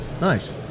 nice